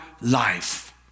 life